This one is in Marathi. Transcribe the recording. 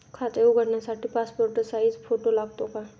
खाते उघडण्यासाठी पासपोर्ट साइज फोटो लागतो का?